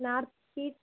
north street